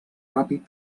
ràpid